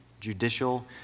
Judicial